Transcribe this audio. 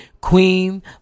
Queen